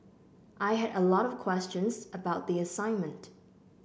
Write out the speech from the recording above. I had a lot of questions about the assignment